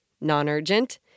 non-urgent